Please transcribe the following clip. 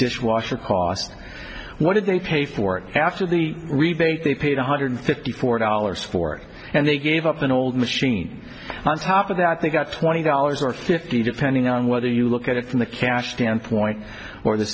dishwasher cost what did they pay for it after the rebate they paid one hundred fifty four dollars for it and they gave up an old machine on top of that they got twenty dollars or fifty depending on whether you look at it from the cash standpoint or the